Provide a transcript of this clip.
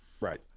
Right